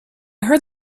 heard